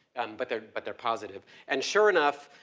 but they're, but they're positive. and sure enough